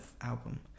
album